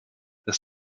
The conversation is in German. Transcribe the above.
das